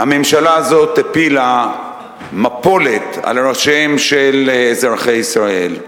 הממשלה הזאת הפילה מפולת על ראשיהם של אזרחי ישראל,